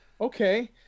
okay